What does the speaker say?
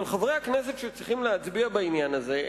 אבל חברי הכנסת שצריכים להצביע בעניין הזה,